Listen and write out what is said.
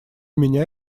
меня